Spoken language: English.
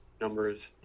numbers